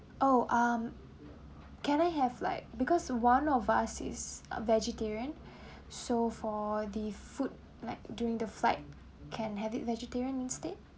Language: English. oh um can I have like because one of us is a vegetarian so for the food like during the flight can have it be vegetarian instead